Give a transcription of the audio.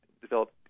develop